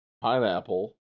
pineapple